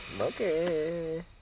Okay